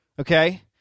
okay